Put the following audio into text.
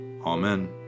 Amen